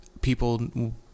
people